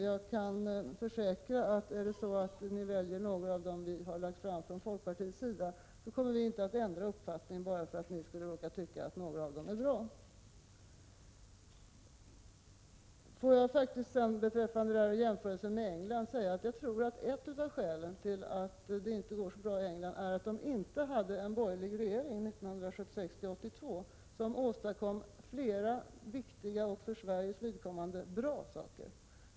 Jag kan försäkra att om ni väljer några av dem vi har lagt fram från folkpartiets sida kommer vi inte att ändra uppfattning bara för att ni skulle råka tycka att några av dem är bra. Får jag beträffande jämförelsen med England säga att jag tror att ett av skälen till att det inte går så bra i England är att man där inte hade en borgerlig regering 1976-1982, såsom vi hade. De borgerliga regeringarna åstadkom flera viktiga och för Sveriges vidkommande bra saker.